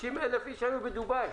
60,000 איש היו בדובאי.